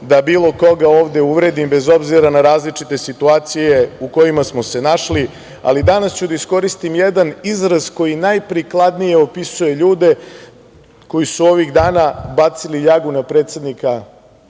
da bilo koga ovde uvredim, bez obzira na različite situacije u kojima smo se našli, ali danas ću da iskoristim jedan izraz koji najprikladnije opisuje ljude koji su ovih dana bacili ljagu na predsednika